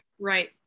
right